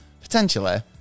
Potentially